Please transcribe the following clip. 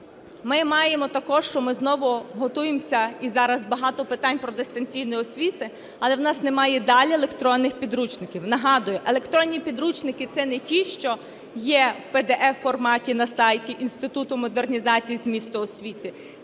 Ми маємо також, що ми знову готуємося, і зараз багато питань про дистанційну освіту, але у нас немає й далі електронних підручників. Нагадую, електронні підручники – це не ті, що є в pdf форматі на сайті Інституту модернізації змісту освіти,